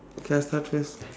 can I start first